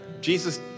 Jesus